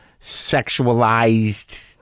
sexualized-